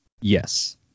yes